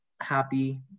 happy